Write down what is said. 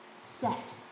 set